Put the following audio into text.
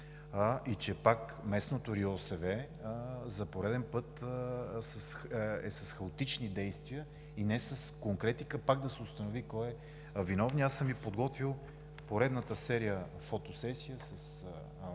и че местното РИОСВ за пореден път е с хаотични действия и не с конкретика, за да се установи кой е виновният. Подготвил съм Ви поредната серия фотосесия с